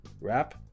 Wrap